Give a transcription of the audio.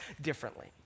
differently